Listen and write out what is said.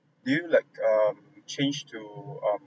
do you like err change to um